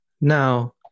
Now